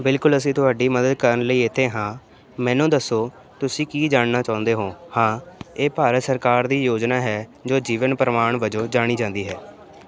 ਬਿਲਕੁਲ ਅਸੀਂ ਤੁਹਾਡੀ ਮਦਦ ਕਰਨ ਲਈ ਇੱਥੇ ਹਾਂ ਮੈਨੂੰ ਦੱਸੋ ਤੁਸੀਂ ਕੀ ਜਾਣਨਾ ਚਾਹੁੰਦੇ ਹੋ ਹਾਂ ਇਹ ਭਾਰਤ ਸਰਕਾਰ ਦੀ ਯੋਜਨਾ ਹੈ ਜੋ ਜੀਵਨ ਪ੍ਰਮਾਨ ਵਜੋਂ ਜਾਣੀ ਜਾਂਦੀ ਹੈ